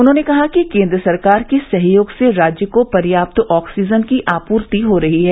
उन्होंने कहा कि केन्द्र सरकार के सहयोग से राज्य को पर्याप्त ऑक्सीजन की आपूर्ति हो रही है